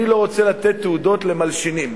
אני לא רוצה לתת תעודות למלשינים.